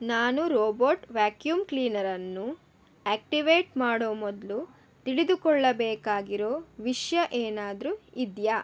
ನಾನು robot vacuum ಕ್ಲೀನರನ್ನು activate ಮಾಡೋ ಮೊದಲು ತಿಳಿದುಕೊಳ್ಳಬೇಕಾಗಿರೋ ವಿಷಯ ಏನಾದರೂ ಇದೆಯಾ